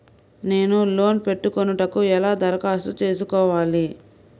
నేను లోన్ పెట్టుకొనుటకు ఎలా దరఖాస్తు చేసుకోవాలి?